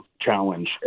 challenge